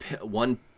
one